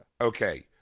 Okay